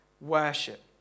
worship